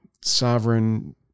sovereign